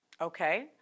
Okay